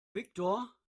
viktor